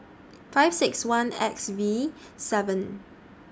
five six one X V seven